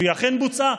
והיא אכן בוצעה.